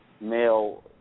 male